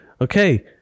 okay